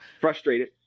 frustrated